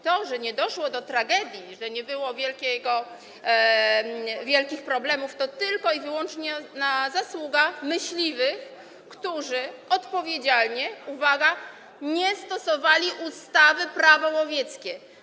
To, że nie doszło do tragedii, że nie było wielkich problemów, to tylko i wyłącznie zasługa myśliwych, którzy odpowiedzialnie - uwaga - nie stosowali ustawy Prawo łowieckie.